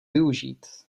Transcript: využít